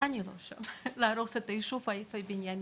אני לא שם ואני לא בעד להרוס את היישוב היפה בנימינה.